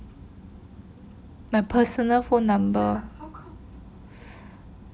my personal phone number